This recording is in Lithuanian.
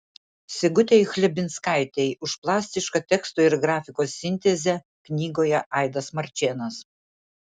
sigutei chlebinskaitei už plastišką teksto ir grafikos sintezę knygoje aidas marčėnas